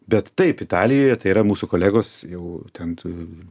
bet taip italijoje tai yra mūsų kolegos jau ten